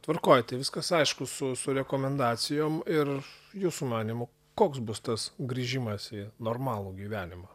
tvarkoj tai viskas aišku su su rekomendacijom ir jūsų manymu koks bus tas grįžimas į normalų gyvenimą